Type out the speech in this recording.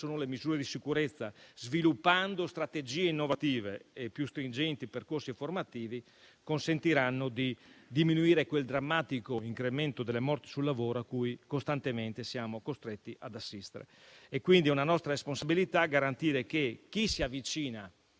le misure di sicurezza, sviluppando strategie innovative e più stringenti percorsi formativi, consentiranno di diminuire quel drammatico incremento delle morti sul lavoro a cui costantemente siamo costretti ad assistere. È quindi una nostra responsabilità garantire che chi si avvicina,